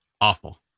awful